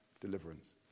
deliverance